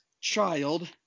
child